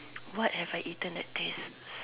what have I eaten that taste